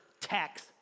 tax